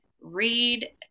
read